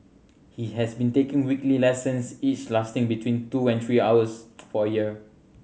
he has been taking weekly lessons each lasting between two and three hours for a year